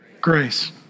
grace